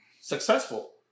successful